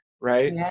right